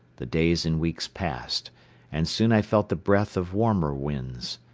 the days and weeks passed and soon i felt the breath of warmer winds.